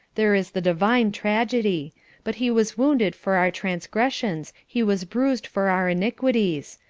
there is the divine tragedy but he was wounded for our transgressions he was bruised for our iniquities.